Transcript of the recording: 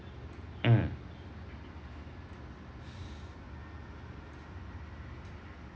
mm